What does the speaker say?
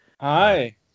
Hi